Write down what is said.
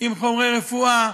עם חומרי רפואה.